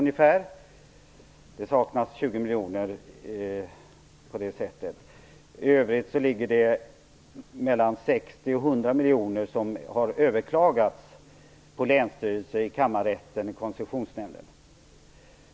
Det saknas alltså 20 miljoner. I övrigt har det skett överklaganden i fråga om mellan 60 och 100 miljoner på länsstyrelser, i kammarrätter och i Koncessionsnämnden.